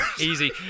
easy